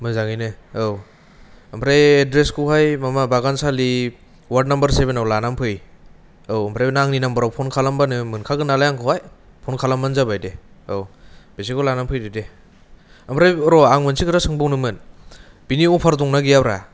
मोजांयैनो औ ओमफ्राय एद्रेसखौहाय माबा बागानसालि वाट नाम्बार सेभेनाव लानानै फै औ ओमफ्राय आंनि नाम्बारआव पन खालामबानो मोनखागोन नालाय आंखौहाय पन खालाम बानो जाबाय दे औ बिसोरखौ लानानै फैदो दे ओमफ्राय र' आं मोनसे खोथा सोंबावनो मोन बिनि अफार दं ना गैयाब्रा